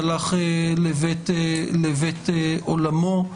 שהלך לבית עולמו.